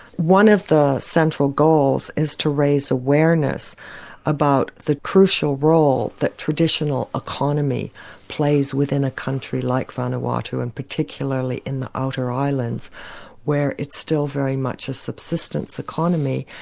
one of the central goals is to raise awareness about the crucial role that traditional economy plays within a country like vanuatu and particularly in the outer islands where it's still very much a subsistence economy.